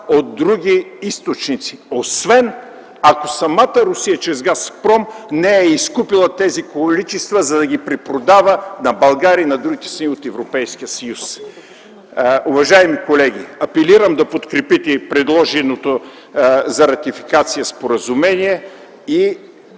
от други източници – освен ако самата Русия чрез „Газпром” не е изкупила тези количества, за да ги препродава на България и на другите страни от Европейския съюз. Уважаеми колеги, апелирам да подкрепите предложеното за ратификация Споразумение и